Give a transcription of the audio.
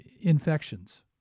infections